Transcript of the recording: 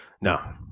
No